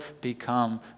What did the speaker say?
become